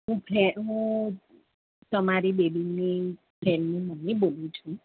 હું ફે હું તમારી બેબીની ફ્રેન્ડની મમી બોલું છું